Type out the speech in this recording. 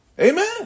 Amen